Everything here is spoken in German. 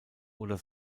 oder